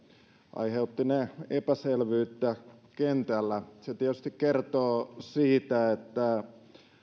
aiheuttivat ne epäselvyyttä kentällä se tietysti kertoo siitä että